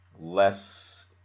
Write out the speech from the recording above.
less